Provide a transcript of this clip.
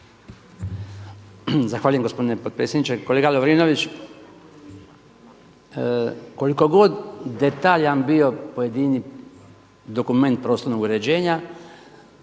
Zahvaljujem gospodine potpredsjedniče. Kolega Lovrinović, koliko god detaljan bio pojedini dokument prostornog uređenja,